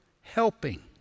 helping